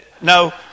No